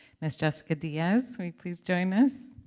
ms. jessica diaz, will you please join us.